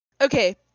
Okay